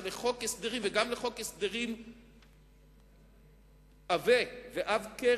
לחוק הסדרים וגם לחוק הסדרים עבה ועב כרס,